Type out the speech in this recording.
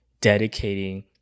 dedicating